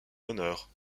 honneur